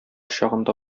чагында